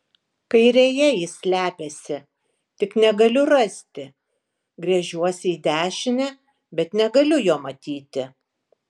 kairėje jis slepiasi tik negaliu rasti gręžiuosi į dešinę bet negaliu jo matyti